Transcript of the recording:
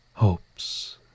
hopes